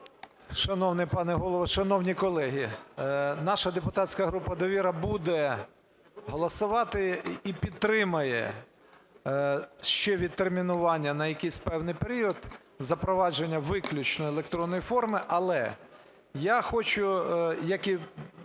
Шановний пане Голово, шановні колеги, наша депутатська група "Довіра" буде голосувати і підтримає ще відтермінування на якийсь певний період запровадження виключно електронної форми. Але я хочу, як і